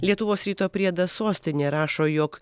lietuvos ryto priedas sostinė rašo jog